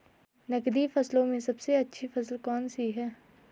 नकदी फसलों में सबसे अच्छी फसल कौन सी है?